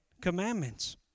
Commandments